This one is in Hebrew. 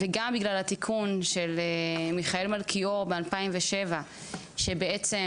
וגם בגלל התיקון של מיכאל מלכיאור ב-2007 שבעצם